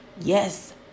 Yes